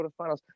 quarterfinals